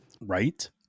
Right